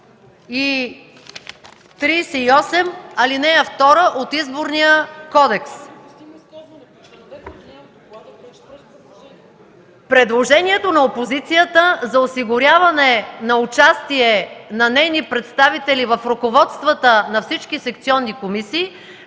и 38, ал. 2 от Изборния кодекс. Предложението на опозицията за осигуряване на участие на нейни представители в ръководствата на всички секционни комисии